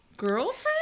girlfriend